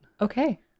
Okay